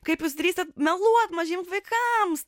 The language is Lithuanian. kaip jūs drįstat meluot mažiems vaikams